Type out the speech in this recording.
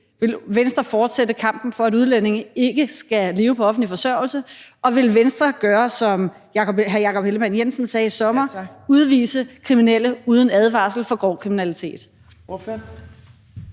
Vil Venstre fortsætte kampen for, at udlændinge ikke skal leve på offentlig forsørgelse, og vil Venstre gøre, som hr. Jakob Ellemann-Jensen sagde i sommer, nemlig udvise kriminelle for grov kriminalitet